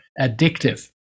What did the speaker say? addictive